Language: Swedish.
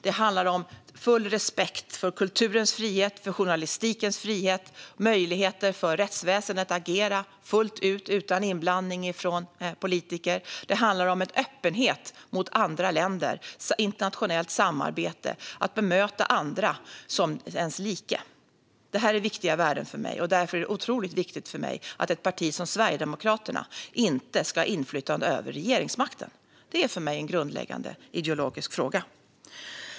Det handlar om full respekt för kulturens frihet och journalistikens frihet, om möjligheter för rättsväsendet att agera fullt ut utan inblandning från politiker. Det handlar om öppenhet mot andra länder, om internationellt samarbete, om att bemöta andra som sina likar. Det är viktiga värden för mig, och därför är det otroligt viktigt för mig att ett parti som Sverigedemokraterna inte ska ha inflytande över regeringsmakten. Det är för mig en grundläggande ideologisk fråga.